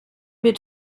wird